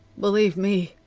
believe me!